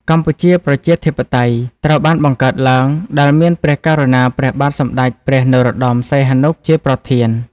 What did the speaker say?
កម្ពុជាប្រជាធិបតេយ្យ ត្រូវបានបង្កើតឡើង ដែល មានព្រះករុណាព្រះបាទសម្តេចព្រះនរោត្តម សីហនុ ជាព្រះប្រធាន។